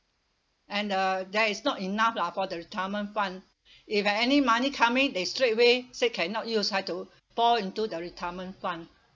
and uh there is not enough lah for the retirement fund if any money come in they straight away say cannot use have to fall into the retirement fund